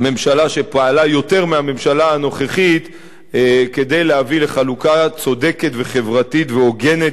מהממשלה הנוכחית כדי להביא לחלוקה צודקת וחברתית והוגנת